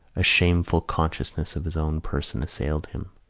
a shameful consciousness of his own person assailed him.